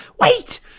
wait